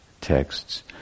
texts